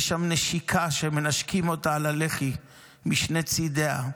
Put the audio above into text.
יש שם נשיקה שהם מנשקים אותה על הלחי משני צידיה.